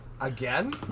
Again